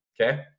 Okay